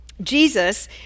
Jesus